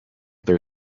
their